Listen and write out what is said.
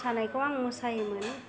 मोसानायखौ आं मोसायोमोन